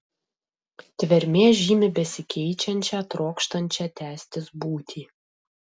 tvermė žymi besikeičiančią trokštančią tęstis būtį